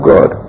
God